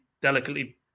delicately